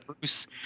Bruce